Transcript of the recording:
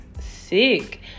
sick